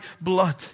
blood